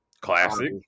classic